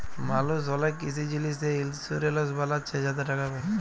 মালুস অলেক কিসি জিলিসে ইলসুরেলস বালাচ্ছে যাতে টাকা পায়